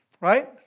Right